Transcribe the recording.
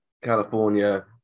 California